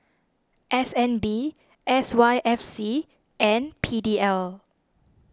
S N B S Y F C and P D L